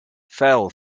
fell